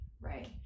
Right